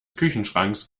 küchenschranks